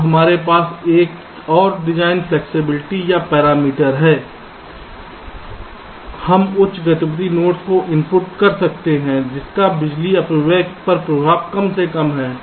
तो अब हमारे पास एक और डिज़ाइन फ्लैक्सिबिलिटी या पैरामीटर है हम उच्च गतिविधि नोड्स को इनपुट्स पर रख सकते हैं जिनका बिजली अपव्यय पर प्रभाव कम से कम है